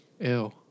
Ew